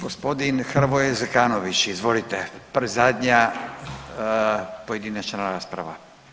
Gospodin Hrvoje Zekanović, izvolite, predzadnja pojedinačna rasprava.